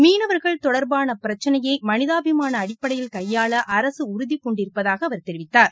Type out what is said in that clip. மீனவர்கள் தொடர்பான பிரச்சினையை மளிதாபிமான அடிப்படையில் கையாள அரசு உறுதி பூண்டிருப்பதாக அவர் தெரிவித்தார்